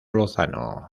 lozano